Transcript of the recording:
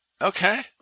Okay